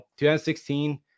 2016